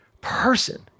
person